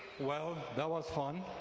well, that was fun.